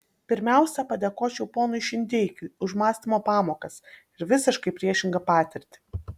pirmiausia padėkočiau ponui šindeikiui už mąstymo pamokas ir visiškai priešingą patirtį